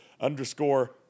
underscore